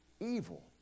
evil